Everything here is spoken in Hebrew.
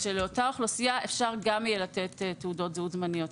לאותה אוכלוסייה יהיה אפשר לתת תעודות זהות זמנית.